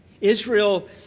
Israel